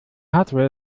hardware